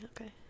Okay